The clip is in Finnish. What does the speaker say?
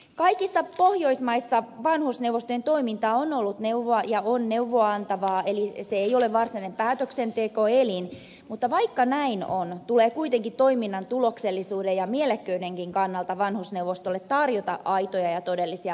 kaikissa pohjoismaissa vanhusneuvostojen toiminta on ollut ja on neuvoa antavaa eli se ei ole varsinainen päätöksentekoelin mutta vaikka näin on tulee kuitenkin toiminnan tuloksellisuuden ja mielekkyydenkin kannalta vanhusneuvostolle tarjota aitoja ja todellisia vaikutusmahdollisuuksia